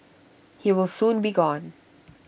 he will soon be gone